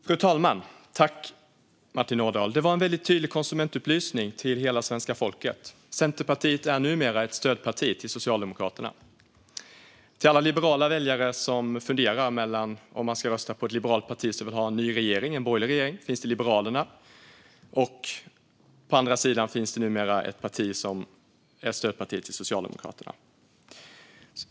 Fru talman! Jag tackar Martin Ådahl för en väldigt tydlig konsumentupplysning till hela svenska folket. Centerpartiet är numera ett stödparti till Socialdemokraterna. För alla liberala väljare som funderar på om de ska rösta på ett liberalt parti och som vill ha en ny, borgerlig regering finns Liberalerna. På andra sidan finns numera ett stödparti till Socialdemokraterna.